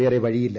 വേറെ വഴിയില്ല